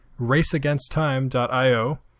raceagainsttime.io